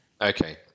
Okay